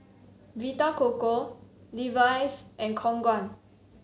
Vita Coco Levi's and Khong Guan